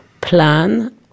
plan